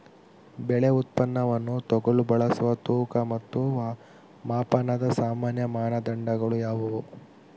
ಬೆಳೆ ಉತ್ಪನ್ನವನ್ನು ತೂಗಲು ಬಳಸುವ ತೂಕ ಮತ್ತು ಮಾಪನದ ಸಾಮಾನ್ಯ ಮಾನದಂಡಗಳು ಯಾವುವು?